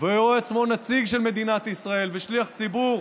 ורואה עצמו נציג של מדינת ישראל ושליח ציבור,